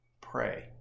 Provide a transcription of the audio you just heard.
pray